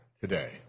today